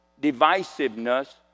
divisiveness